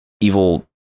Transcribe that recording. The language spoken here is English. evil